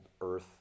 earth